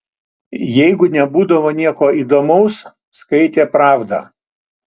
jeigu nebūdavo nieko įdomaus skaitė pravdą